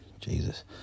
Jesus